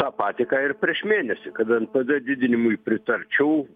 tą patį ką ir prieš mėnesį kad npd didinimui pritarčiau